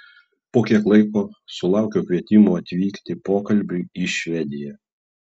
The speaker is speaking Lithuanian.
po kiek laiko sulaukiau kvietimo atvykti pokalbiui į švediją